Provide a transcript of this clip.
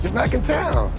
back in town.